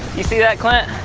you see that clint?